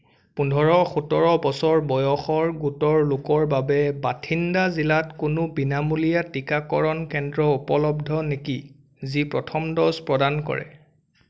পোন্ধৰ সোতৰ বছৰ বয়সৰ গোটৰ লোকৰ বাবে বাথিণ্ডা জিলাত কোনো বিনামূলীয়া টিকাকৰণ কেন্দ্ৰ উপলব্ধ নেকি যি প্ৰথম ড'জ প্ৰদান কৰে